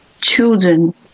children